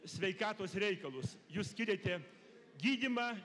sveikatos reikalus jūs skiriate gydymą